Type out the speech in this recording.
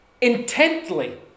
intently